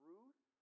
Ruth